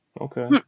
okay